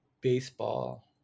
baseball